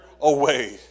away